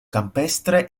campestre